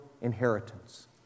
inheritance